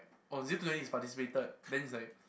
oh zero to twenty is participated then is like